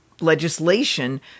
legislation